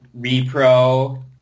Repro